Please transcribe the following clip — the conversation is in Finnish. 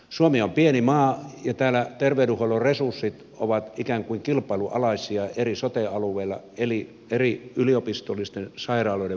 suomi on pieni maa ja täällä terveydenhuollon resurssit ovat ikään kuin kilpailun alaisia eri sote alueilla eli eri yliopistollisten sairaaloiden vaikutusalueilla